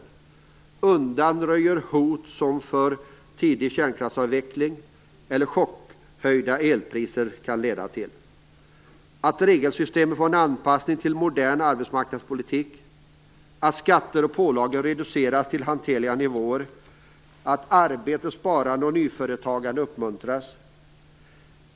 Det förutsätter att man undanröjer hot som för tidig kärnkraftsavveckling eller chockhöjda elpriser kan leda till, att regelsystemet får en anpassning till modern arbetsmarknadspolitik, att skatter och pålagor reduceras till hanterliga nivåer och att arbete, sparande och nyföretagande uppmuntras.